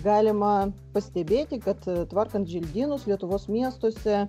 galima pastebėti kad tvarkant želdynus lietuvos miestuose